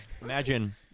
imagine